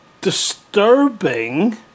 disturbing